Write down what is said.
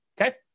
Okay